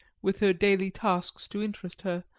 with her daily tasks to interest her,